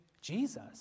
Jesus